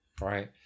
Right